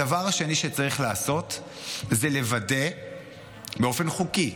הדבר השני שצריך לעשות הוא לוודא באופן חוקי,